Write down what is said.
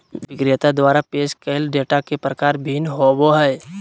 विक्रेता द्वारा पेश कइल डेटा के प्रकार भिन्न होबो हइ